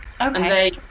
Okay